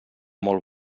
molt